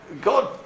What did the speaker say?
God